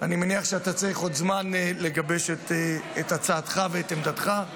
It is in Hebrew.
אני מניח שאתה צריך עוד זמן לגבש את הצעתך ואת עמדתך.